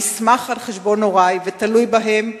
נסמך על חשבון הורי ותלוי בהם,